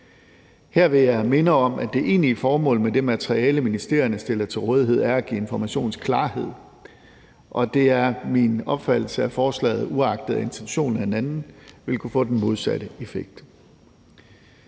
Her vil jeg minde om, at det egentlige formål med det materiale, ministerierne stiller til rådighed, er at give informationsklarhed, og det er min opfattelse, at forslaget, uagtet at intentionen er en anden, vil kunne få den modsatte effekt.